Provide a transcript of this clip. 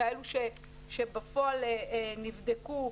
כאלה שבפועל נבדקו,